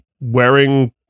wearing